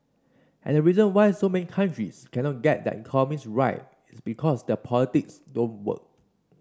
and the reason why so many countries cannot get their economies right it's because their politics don't work